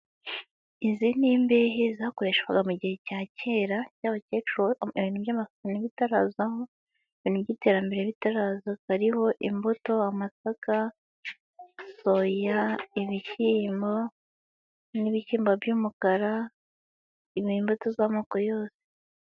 Izi ni imbehe zakoreshwaga mu gihe cya kera, y'abakecuru ibintu by'amasahani bitarazaho, ibintu by'iterambere ritaraza hariho imbuto, amasaka, soya, ibishyimbo n'ibishyimbo by'umukara, imbuto z'amoko yose.